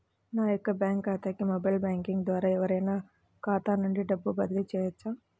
నా యొక్క బ్యాంక్ ఖాతాకి మొబైల్ బ్యాంకింగ్ ద్వారా ఎవరైనా ఖాతా నుండి డబ్బు బదిలీ చేయవచ్చా?